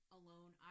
alone